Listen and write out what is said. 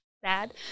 sad